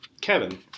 Kevin